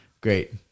Great